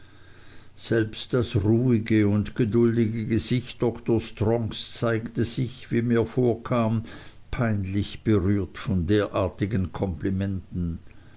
selbst das ruhige und geduldige gesicht dr strongs zeigte sich wie mir vorkam peinlich berührt von derartigen komplimenten